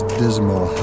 dismal